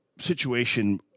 situation